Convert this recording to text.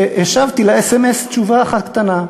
השבתי לאס.אם.אס תשובה אחת קטנה: